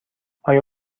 آیا